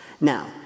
Now